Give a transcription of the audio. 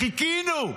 חיכינו.